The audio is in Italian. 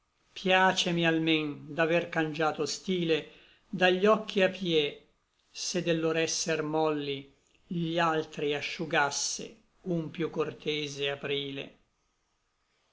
piacemi almen d'aver cangiato stile da gli occhi a pie se del lor esser molli gli altri asciugasse un piú cortese aprile